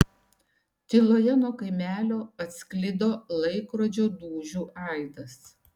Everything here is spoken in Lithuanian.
tyloje nuo kaimelio atsklido laikrodžio dūžių aidas